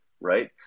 right